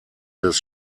des